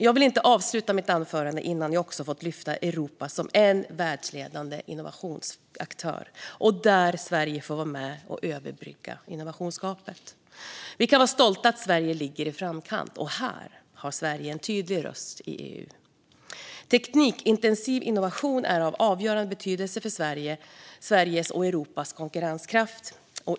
Jag vill inte avsluta mitt anförande innan jag också har fått lyfta Europa som en världsledande innovationsaktör där Sverige får vara med och överbrygga innovationsgapet. Vi kan vara stolta över att Sverige ligger i framkant. Här har Sverige en tydlig röst i EU. Teknikintensiv innovation är av avgörande betydelse för Sveriges och Europas konkurrenskraft.